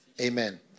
Amen